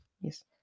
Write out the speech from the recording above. Yes